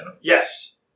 Yes